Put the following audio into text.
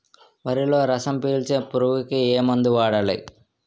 వరిలో రసం పీల్చే పురుగుకి ఏ మందు వాడాలి?